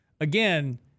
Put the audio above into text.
again